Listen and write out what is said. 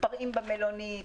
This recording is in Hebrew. שמתפרעים במלונית,